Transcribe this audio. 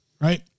right